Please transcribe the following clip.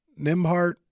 Nimhart